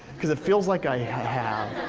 cause it feels like i have.